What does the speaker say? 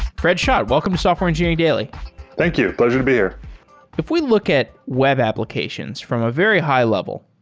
fred schott, welcome to software engineering daily thank you, pleasure to be here if we look at web applications from a very high level,